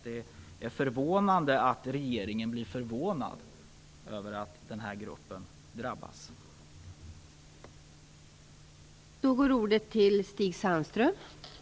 Det är förvånande att regeringen blir förvånad över att denna grupp drabbas av detta.